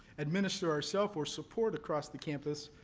administer ourself, or support, across the campus